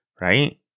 right